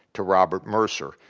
to robert mercer.